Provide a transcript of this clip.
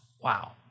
Wow